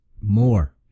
more